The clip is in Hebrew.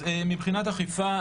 מבחינת אכיפה,